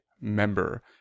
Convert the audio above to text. member